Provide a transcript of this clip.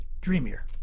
Dreamier